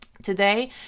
Today